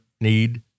need